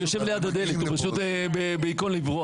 הוא יושב ליד הדלת, הוא פשוט בהיכון לברוח.